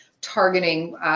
targeting